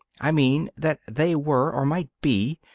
i mean that they were, or might be,